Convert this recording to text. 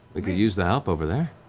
we could use the help over there.